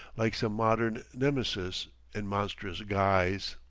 like some modern nemesis in monstrous guise.